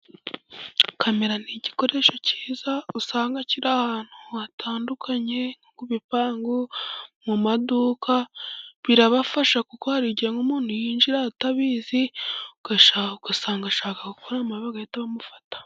Kamera ni igikoresho cyiza, usanga kiri ahantu hatandukanye ku bipangu, mu maduka, birabafasha kuko hari igihe nk'umuntu yinjira batabizi, ugasanga ashaka gukora amabi bagahita bamufata.